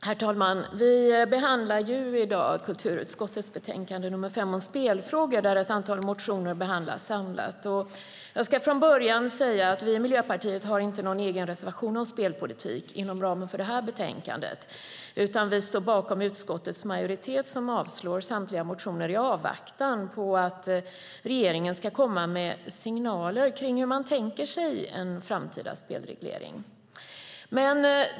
Herr talman! Vi behandlar i dag kulturutskottets betänkande nr 5 om spelfrågor där ett antal motioner behandlas samlat. Jag ska redan i början säga att vi i Miljöpartiet inte har någon egen reservation om spelpolitik inom ramen för detta betänkande. Vi står bakom utskottets majoritet som avstyrker samtliga motioner i avvaktan på att regeringen ska komma med signaler om hur man tänker sig en framtida spelreglering.